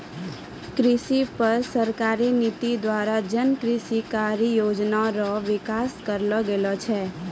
कृषि पर सरकारी नीति द्वारा जन कृषि कारी योजना रो विकास करलो गेलो छै